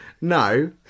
No